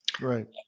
Right